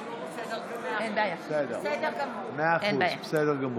אני לא רוצה שאחרי זה, מאה אחוז, בסדר גמור.